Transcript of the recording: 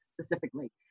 specifically